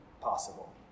possible